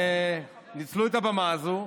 וניצלו את הבמה הזו,